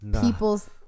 people's